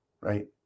right